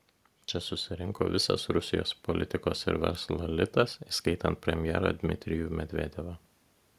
čia susirinko visas rusijos politikos ir verslo elitas įskaitant premjerą dmitrijų medvedevą